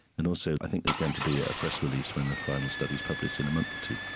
and also i think there's going to be a press release when the final study is published in a month or two.